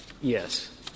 Yes